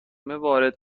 وارد